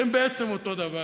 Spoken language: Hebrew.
אתם בעצם אותו דבר.